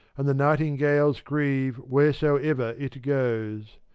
and the nightingales grieve wheresoever it goes.